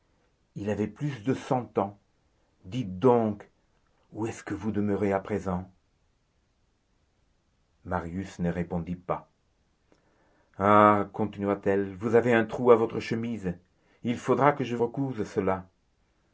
il avait plus de cent ans dites donc où est-ce que vous demeurez à présent marius ne répondit pas ah continua-t-elle vous avez un trou à votre chemise il faudra que je vous recouse cela